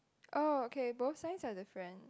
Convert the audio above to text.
oh okay both signs are different